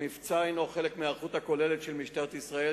המבצע הוא חלק מההיערכות הכוללת של משטרת ישראל,